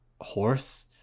horse